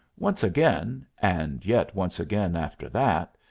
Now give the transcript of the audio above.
once again, and yet once again after that,